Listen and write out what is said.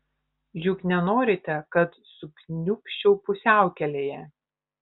juk nenorite kad sukniubčiau pusiaukelėje